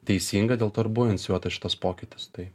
teisinga dėl to ir buvo inicijuotas šitas pokytis tai